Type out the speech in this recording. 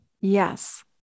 Yes